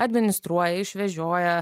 administruoja išvežioja